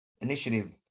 initiative